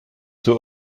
zur